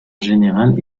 général